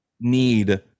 need